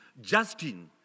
Justin